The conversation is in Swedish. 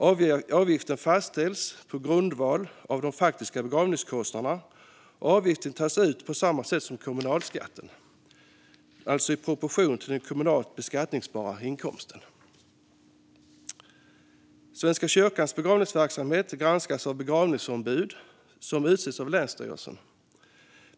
Avgiften fastställs på grundval av de faktiska begravningskostnaderna, och avgiften tas ut på samma sätt som kommunalskatten, alltså i proportion till den kommunalt beskattningsbara inkomsten. Svenska kyrkans begravningsverksamhet granskas av begravningsombud som utses av länsstyrelserna.